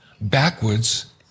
backwards